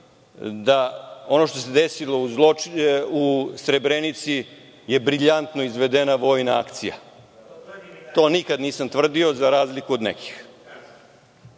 da ono što se desilo u Srebrenici je briljantno izvedena vojna akcija. To nikad nisam tvrdio, za razliku od nekih